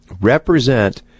represent